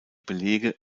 belege